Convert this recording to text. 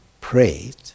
prayed